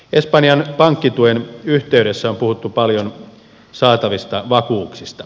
espanjan pankkituen yhteydessä on puhuttu paljon saatavista vakuuksista